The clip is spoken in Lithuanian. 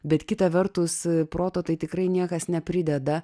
bet kita vertus proto tai tikrai niekas neprideda